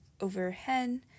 overhead